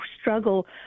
struggle